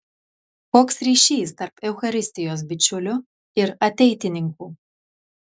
koks ryšys tarp eucharistijos bičiulių ir ateitininkų